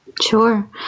Sure